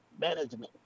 management